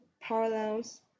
parallels